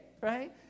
right